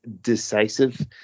decisive